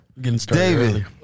David